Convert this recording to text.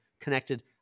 connected